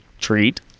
treat